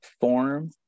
form